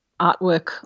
artwork